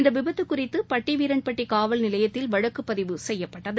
இந்தவிபத்துகுறித்துபட்டிவீரன்பட்டிகாவல் நிலையத்தில் வழக்குப் பதிவு செய்யப்பட்டது